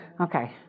Okay